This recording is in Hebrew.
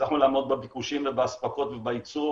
בביקושים ובאספקות ובייצור.